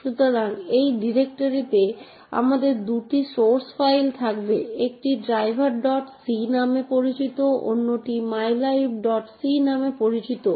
সুতরাং access control একটি secure সিস্টেমের কনফিডেনসিয়ালটি এবং ইন্টিগ্রিটি এর দিকগুলি পেতে ব্যবহৃত হয়